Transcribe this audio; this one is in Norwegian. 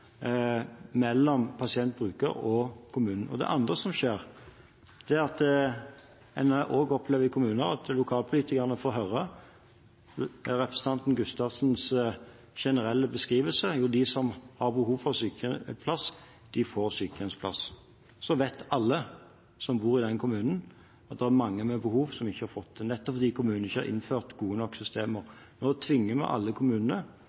mellom pasient, bruker og kommunen. Det andre som skjer, er at en også opplever i kommuner at lokalpolitikere får høre – representanten Gustavsens generelle beskrivelse – at de som har behov for sykehjemsplass, får sykehjemsplass. Men så vet alle som bor i den kommunen, at det er mange med behov som ikke har fått det, nettopp fordi kommunen ikke har innført gode nok systemer. Nå tvinger vi alle kommunene